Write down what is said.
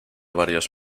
varios